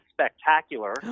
Spectacular